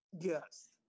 Yes